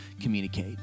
communicate